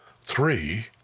Three